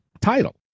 title